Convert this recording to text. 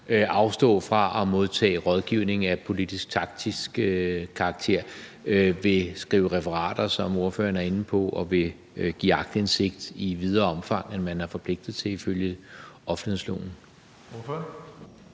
afstå fra at modtage rådgivning af politisk-taktisk karakter, vil skrive referater, som ordføreren er inde på, og vil give aktindsigt i videre omfang, end man er forpligtet til ifølge offentlighedsloven.